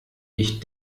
ich